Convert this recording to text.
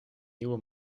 nieuwe